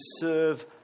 serve